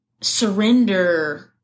surrender